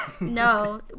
No